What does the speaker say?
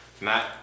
Matt